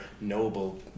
noble